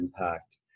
impact